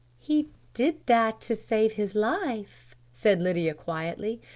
he did that to save his life, said lydia quietly.